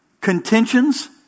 Contentions